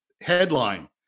headline